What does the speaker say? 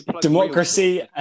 democracy